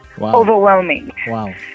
Overwhelming